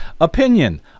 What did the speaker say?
Opinion